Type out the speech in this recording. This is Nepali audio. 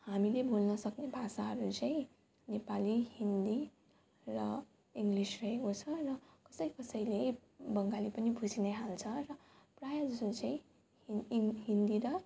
हामीले बोल्न सक्ने भाषाहरू चाहिँ नेपाली हिन्दी र इङ्ग्लिस रहेको छ र कसै कसैले बङ्गाली पनि बुझी नै हाल्छ र प्रायः जसो चाहिँ इन हिन्दी र